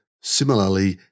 similarly